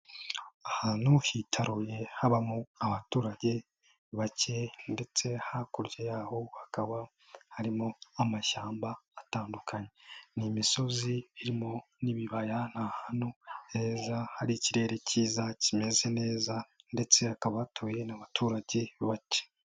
Ahantu hitaruye habamo abaturage bake ndetse hakurya y'aho hakaba harimo amashyamba atandukanye, ni imisozi irimo n'ibibaya, ni ahantu heza hari ikirere kiza kimeze neza ndetse hakaba hatuye n'abaturage bake.